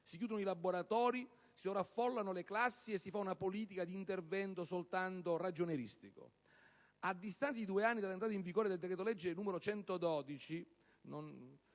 si chiudono i laboratori, si sovraffollano le classi e si fa una politica di intervento solo ragionieristica? A distanza di due anni dall'entrata in vigore del decreto-legge n. 112